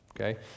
Okay